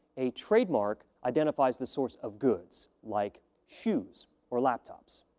a trademark identifies the source of goods, like shoes or laptops.